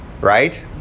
right